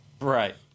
Right